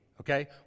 Okay